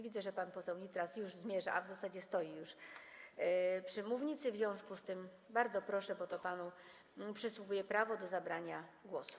Widzę, że pan poseł Nitras już zmierza, a w zasadzie już stoi przy mównicy, w związku z tym bardzo proszę, bo to panu przysługuje prawo do zabrania głosu.